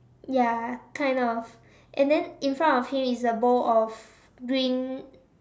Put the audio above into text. ya kind of and then in front of him is a bowl of green